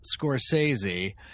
Scorsese